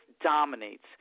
dominates